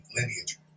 lineage